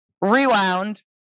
Rewound